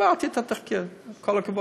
עברתי את התחקיר, עם כל הכבוד,